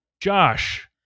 Josh